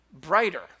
brighter